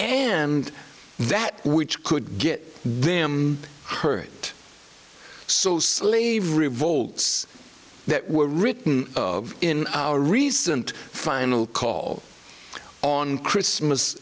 and that which could get them hurt so slave revolts that were written in our recent final call on christmas